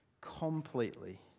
completely